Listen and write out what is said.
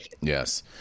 Yes